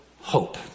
hope